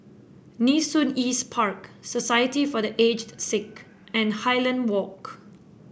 Nee Soon East Park Society for The Aged Sick and Highland Walk